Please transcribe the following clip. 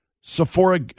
Sephora